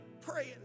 praying